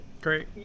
great